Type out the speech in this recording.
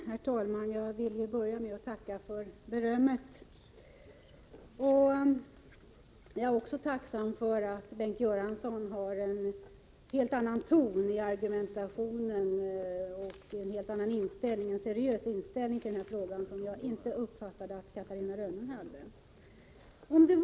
Herr talman! Jag vill börja med att tacka för berömmet. Jag är också tacksam för att Bengt Göransson har en helt annan ton i argumentationen och en seriös inställning i denna fråga som jag inte uppfattade hos Catarina Rönnung.